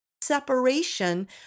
separation